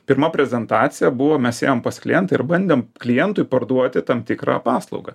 pirma prezentacija buvo mes ėjom pas klientą ir bandėm klientui parduoti tam tikrą paslaugą